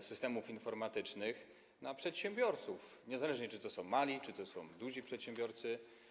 systemów informatycznych na przedsiębiorców, niezależnie od tego, czy to są mali czy to są duzi przedsiębiorcy.